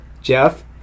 Jeff